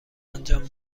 انجام